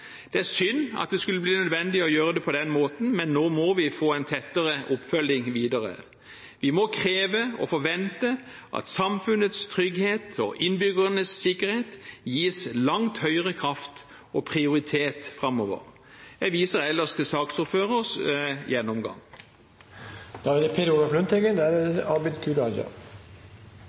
Det er synd at det skulle bli nødvendig å gjøre det på den måten, men nå må vi få en tettere oppfølging videre. Vi må kreve og forvente at samfunnets trygghet og innbyggernes sikkerhet gis langt høyere kraft og prioritet framover. Jeg viser ellers til